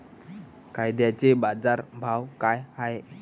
कांद्याचे बाजार भाव का हाये?